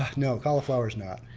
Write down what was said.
ah no cauliflowers not.